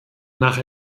nach